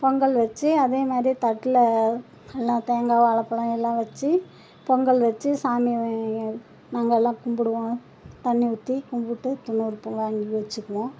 பொங்கல் வெச்சு அதே மாதிரி தட்டில் எல்லாம் தேங்காய் வாழைப் பழம் எல்லாம் வெச்சு பொங்கல் வெச்சு சாமி நாங்கெல்லாம் கும்பிடுவோம் தண்ணி ஊற்றி கும்பிட்டு துன்னுாறு பூவும் வாங்கி வெச்சுக்குவோம்